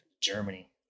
Germany